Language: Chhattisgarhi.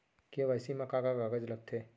के.वाई.सी मा का का कागज लगथे?